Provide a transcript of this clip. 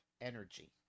energy